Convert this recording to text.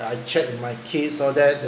I chat with my kids all that